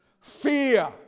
fear